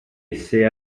esse